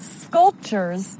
sculptures